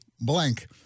blank